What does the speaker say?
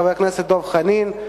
חבר הכנסת דב חנין.